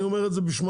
אני אומר את זה בשמם.